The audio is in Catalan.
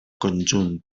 conjunt